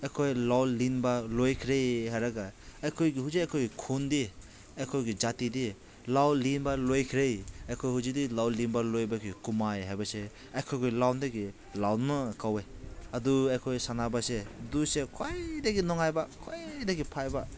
ꯑꯩꯈꯣꯏ ꯂꯧ ꯂꯤꯡꯕ ꯂꯣꯏꯈ꯭ꯔꯦ ꯍꯥꯏꯔꯒ ꯑꯩꯈꯣꯏꯒꯤ ꯍꯧꯖꯤꯛ ꯑꯩꯈꯣꯏꯒꯤ ꯈꯨꯟꯗꯤ ꯑꯩꯈꯣꯏꯒꯤ ꯖꯥꯇꯤꯗꯤ ꯂꯧ ꯂꯤꯡꯕ ꯂꯣꯏꯈ꯭ꯔꯦ ꯑꯩꯈꯣꯏ ꯍꯧꯖꯤꯛꯇꯤ ꯂꯧ ꯂꯤꯡꯕ ꯂꯣꯏꯕꯒꯤ ꯀꯨꯝꯍꯩ ꯍꯥꯏꯕꯁꯦ ꯑꯩꯈꯣꯏꯒꯤ ꯂꯣꯟꯗꯒꯤ ꯂꯧꯅ ꯀꯧꯋꯦ ꯑꯗꯨ ꯑꯩꯈꯣꯏ ꯁꯥꯟꯅꯕꯁꯦ ꯗꯨꯁꯦ ꯈ꯭ꯋꯥꯏꯗꯒꯤ ꯅꯨꯡꯉꯥꯏꯕ ꯈ꯭ꯋꯥꯏꯗꯒꯤ ꯐꯕ